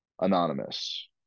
anonymous